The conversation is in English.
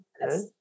Yes